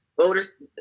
voters